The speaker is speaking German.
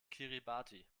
kiribati